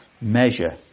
measure